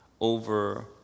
over